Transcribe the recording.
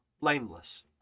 blameless